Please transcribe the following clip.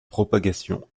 propagation